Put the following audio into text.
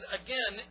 again